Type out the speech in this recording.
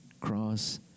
cross